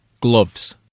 gloves